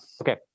Okay